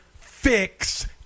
fix